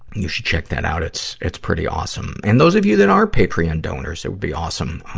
you should check that out. it's, it's pretty awesome. and those of you that are patreon donors, it would be awesome.